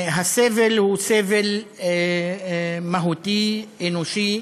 הסבל הוא סבל מהותי, אנושי,